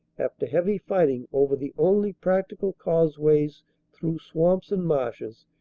after heavy fighting over the only practical causeways through swamps and marshes,